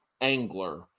angler